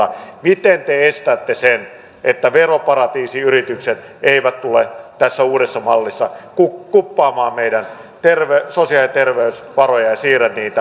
miten te estätte sen että veroparatiisiyritykset tulevat tässä uudessa mallissa kuppaamaan meidän sosiaali ja terveysvarojamme ja siirtävät niitä veroparatiiseihin